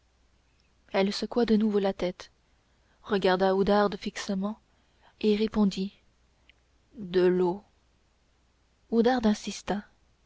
elle secoua de nouveau la tête regarda oudarde fixement et répondit de l'eau oudarde insista